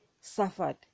suffered